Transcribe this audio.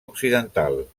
occidental